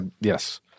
yes